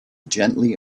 gently